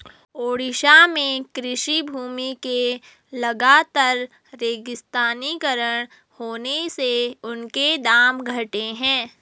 ओडिशा में कृषि भूमि के लगातर रेगिस्तानीकरण होने से उनके दाम घटे हैं